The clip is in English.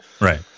right